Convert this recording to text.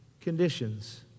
conditions